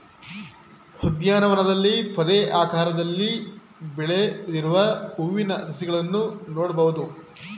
ಉದ್ಯಾನವನದಲ್ಲಿ ಪೊದೆಯಾಕಾರದಲ್ಲಿ ಬೆಳೆದಿರುವ ಹೂವಿನ ಸಸಿಗಳನ್ನು ನೋಡ್ಬೋದು